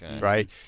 right